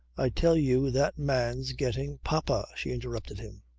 i tell you that man's getting papa, she interrupted him.